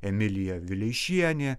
emilija vileišienė